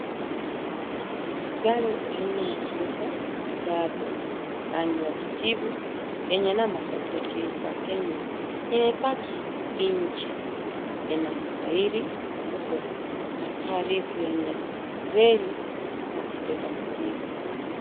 Gari aina ya Toyota Prado rangi ya kijivu, yenye namba ya usajili ya Kenya imepaki nje. Ina matairi makubwa na paa refu lenye reli za kubeba mzigo.